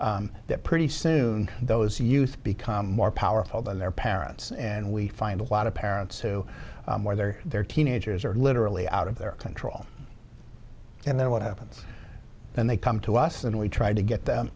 that pretty soon those youth become more powerful than their parents and we find a lot of parents who were there their teenagers are literally out of their control and then what happens then they come to us and we try to get